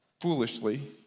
foolishly